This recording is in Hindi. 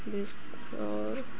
बेस्ट और